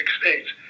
states